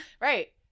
Right